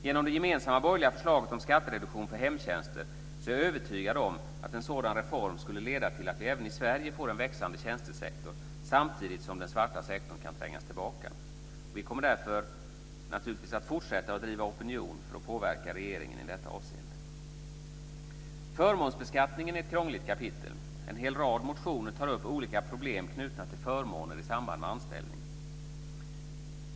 Genom det gemensamma borgerliga förslaget om skattereduktion för hemtjänster är jag övertygad om att en sådan reform skulle leda till att vi även i Sverige fick en växande tjänstesektor samtidigt som den svarta sektorn skulle trängas tillbaka. Vi kommer därför att fortsätta driva opinionen för att påverka regeringen i detta avseende. Förmånsbeskattningen är ett krångligt kapitel. En rad motioner tar upp olika problem knutna till förmåner i samband med anställning.